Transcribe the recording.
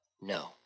no